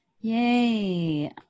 Yay